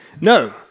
No